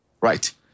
Right